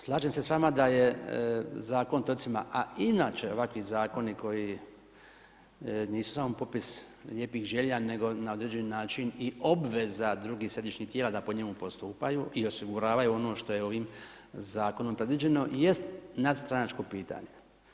Slažem se s vama da je Zakon o otocima, a inače ovakvi Zakoni koji nisu samo popis lijepih želja nego na određeni način i obveza drugih središnjih tijela da po njemu postupaju i osiguravaju ono što je ovim Zakonom predviđeno, jest nadstranačko pitanje.